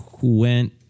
went